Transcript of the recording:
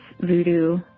Voodoo